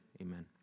amen